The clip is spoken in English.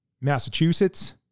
Massachusetts